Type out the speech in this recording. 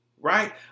right